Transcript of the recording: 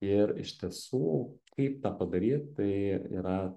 ir iš tiesų kaip tą padaryt tai yra